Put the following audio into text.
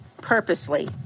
purposely